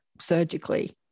surgically